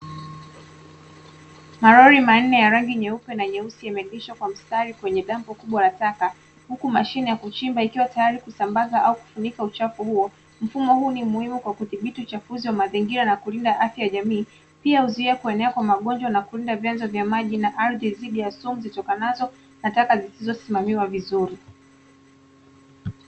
Malori manne ya rangi nyeupe na nyeusi yamesimamisha kwenye mstari kwenye dampo kubwa la taka, huku mashine ya kuchimba ikiwa tayari kusambaza au kufunika uchafu huo. Mfumo huu ni muhimu kwa kudhibiti uchafuzi wa mazingira na kulinda afya ya jamii, pia huzuia kuenea kwa magonjwa na kulinda vyanzo vya maji na ardhi dhidi ya sumu zitokanazo na taka zisizosimamiwa vizuri.